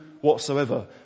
whatsoever